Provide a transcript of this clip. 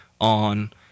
on